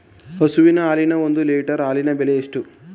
ಹಸುವಿನ ಹಾಲಿನ ಒಂದು ಲೀಟರ್ ಹಾಲಿನ ಬೆಲೆ ಎಷ್ಟು?